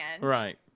Right